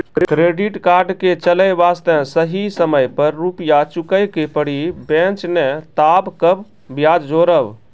Credit card के चले वास्ते सही समय पर रुपिया चुके के पड़ी बेंच ने ताब कम ब्याज जोरब?